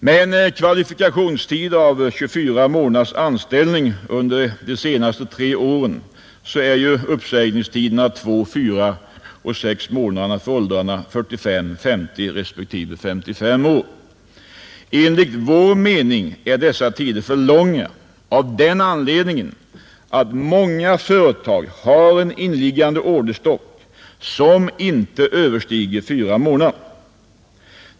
Med en kvalifikationstid av 24 månaders anställning under de senaste tre åren är uppsägningstiderna två, fyra och sex månader för åldrarna 45, 50 respektive 55 år. Enligt vår mening är dessa tider för långa av den anledningen att många företag har en inneliggande orderstock som inte överstiger fyra månader.